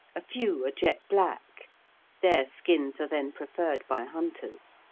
a few are jet black their skins are then preferred by hunters.